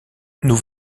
nous